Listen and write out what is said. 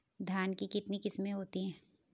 धान की कितनी किस्में होती हैं?